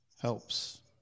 helps